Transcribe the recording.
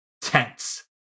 tense